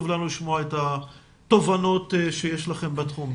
לנו לשמוע את התובנות שיש לכם בתחום,